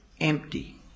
empty